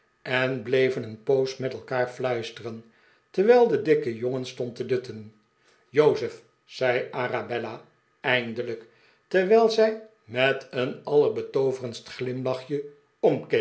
en bleven een poos met elkaar fluisteren terwijl de dikke jongen stond te dutten jozef zei arabella eindelijk terwijl zij met een allefbetooverendst glimlachje